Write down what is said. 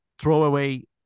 throwaway